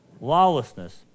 Lawlessness